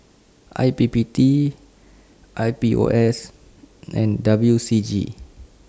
I P P T I P O S and W C G